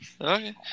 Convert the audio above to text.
Okay